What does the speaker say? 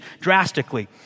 drastically